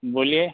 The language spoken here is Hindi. बोलिए